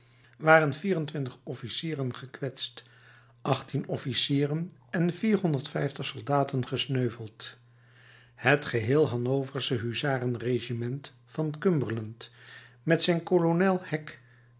waren vier-en-twintig officieren gekwetst achttien officieren en vierhonderd vijftig soldaten gesneuveld het geheel hanoversche huzarenregiment van cumberland met zijn kolonel hacke